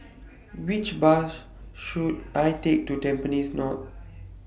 Which Bus should I Take to Tampines North